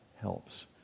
helps